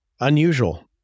Unusual